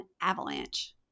avalanche